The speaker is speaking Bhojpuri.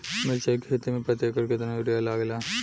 मिरचाई के खेती मे प्रति एकड़ केतना यूरिया लागे ला?